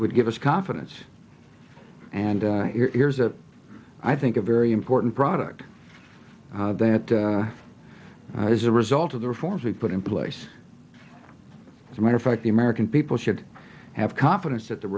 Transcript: would give us confidence and your ears that i think a very important product that is a result of the reforms we put in place as a matter of fact the american people should have confidence that the